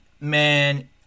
man